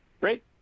Great